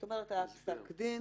זאת אומרת היה גזר דין